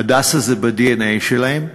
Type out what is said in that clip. "הדסה" זה בדנ"א שלהם,